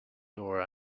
door